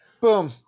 Boom